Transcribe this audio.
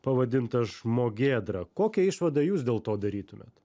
pavadintas žmogėdra kokią išvadą jūs dėl to darytumėt